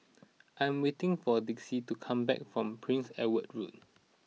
I am waiting for Dicie to come back from Prince Edward Road